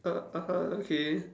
ah (uh huh) okay